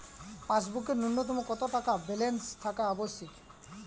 পাসবুকে ন্যুনতম কত টাকা ব্যালেন্স থাকা আবশ্যিক?